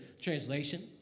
Translation